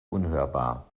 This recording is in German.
unhörbar